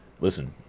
listen